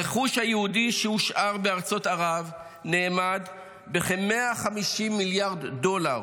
הרכוש היהודי שהושאר בארצות ערב נאמד בכ-150 מיליארד דולר,